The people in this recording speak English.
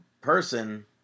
person